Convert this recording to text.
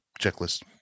Checklist